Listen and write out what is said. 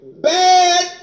bad